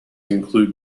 include